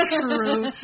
true